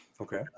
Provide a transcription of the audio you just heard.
Okay